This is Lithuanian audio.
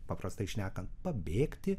paprastai šnekant pabėgti